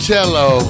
Cello